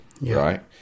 right